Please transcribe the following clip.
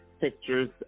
Pictures